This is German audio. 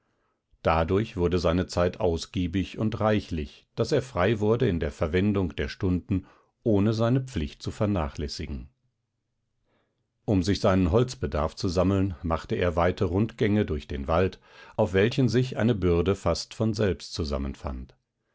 dadurch wurde seine zeit ausgiebig und reichlich daß er frei wurde in der verwendung der stunden ohne seine pflicht zu vernachlässigen um sich seinen holzbedarf zu sammeln machte er weite rundgänge durch den wald auf welchen sich eine bürde fast von selbst zusammenfand